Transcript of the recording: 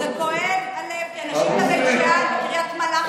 זה כואב הלב, כי אנשים מבית שאן, מקריית מלאכי,